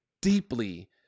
deeply